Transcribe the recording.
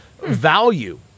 value